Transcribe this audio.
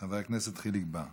חבר הכנסת חיליק בר.